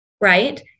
right